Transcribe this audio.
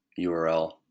URL